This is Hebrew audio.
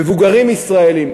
מבוגרים ישראלים,